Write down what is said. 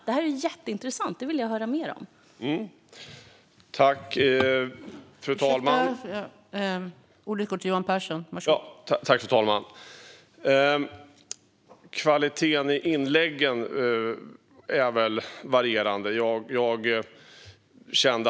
Detta är ju jätteintressant, och jag vill höra mer om det.